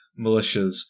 militias